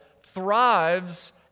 thrives